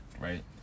right